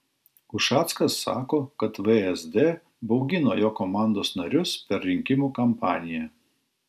ušackas sako kad vsd baugino jo komandos narius per rinkimų kampaniją